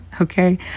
Okay